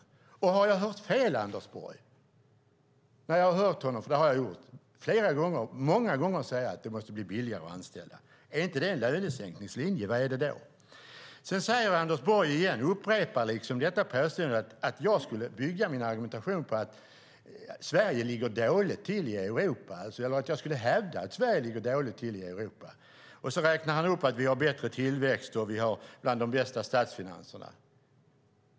Har jag, Anders Borg, hört fel när jag många gånger har hört honom säga - för det har jag gjort - att det måste bli billigare att anställa? Om det inte är en lönesänkningslinje, vad är det då? Anders Borg upprepar påståendet att jag skulle bygga min argumentation på att Sverige ligger dåligt till i Europa, att jag skulle hävda att Sverige ligger dåligt till i Europa. Sedan räknar han upp att vi har bättre tillväxt och att vi har bland de bästa statsfinanserna.